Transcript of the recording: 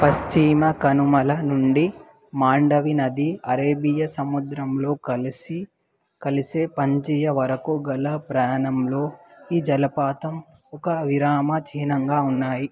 పశ్చీమ కనుమల నుండి మాండవి నది అరేబియా సముద్రంలో కలిసి కలిసే పంజియ వరకు గల ప్రయాణంలో ఇ జలపాతం ఒక విరామ చిహ్నంగా ఉన్నాయి